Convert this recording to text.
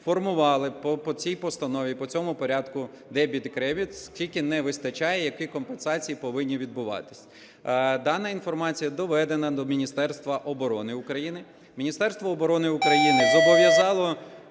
формували по цій постанові, по цьому порядку дебіт і кредит, скільки не вистачає, які компенсації повинні відбуватися. Дана інформація доведена до Міністерства оборони України. Міністерство оборони України зобов'язало